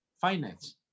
finance